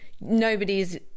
nobody's